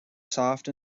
soft